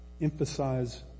emphasize